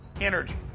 energy